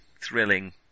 thrilling